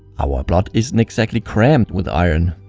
our blood isn't exactly crammed with iron.